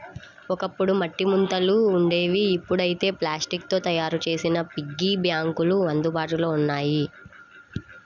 ఒకప్పుడు మట్టి ముంతలు ఉండేవి ఇప్పుడైతే ప్లాస్టిక్ తో తయ్యారు చేసిన పిగ్గీ బ్యాంకులు అందుబాటులో ఉన్నాయి